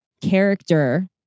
character